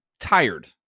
tired